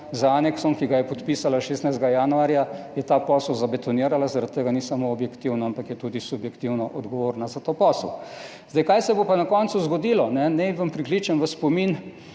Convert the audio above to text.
Z aneksom, ki ga je podpisala 16. januarja, je ta posel zabetonirala. Zaradi tega ni samo objektivno, ampak je tudi subjektivno odgovorna za ta posel. Kaj se bo pa na koncu zgodilo? Naj vam prikličem v spomin